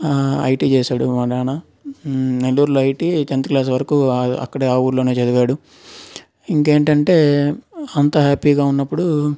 IT చేశాడు మా నాన్న నెల్లూరులో ఐటీ టెంత్ క్లాస్ వరకు అక్కడే ఆ ఊర్లోనే చదివాడు ఇంకేంటి అంటే అంత హ్యాపీగా ఉన్నప్పుడు